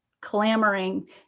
clamoring